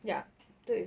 ya 对